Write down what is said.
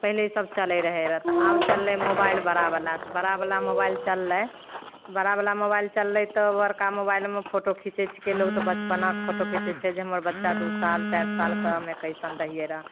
तऽ पहिले सब चलै रहए तऽ आब चललै मोबाइल बड़ा बला तऽ बड़ा मोबाइल चललै तऽ बड़ा मोबाइल चललै तऽ बड़का मोबाइलमे फोटो खीचैत छिकै लोग बचपनाके फोटो खीचैत छै जे हमर बच्चा दू साल चारि सालकेमे कैसन रहिए रऽ